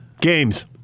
Games